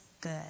good